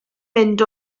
mynd